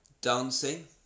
dancing